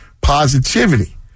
positivity